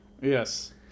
yes